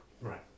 Right